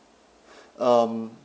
um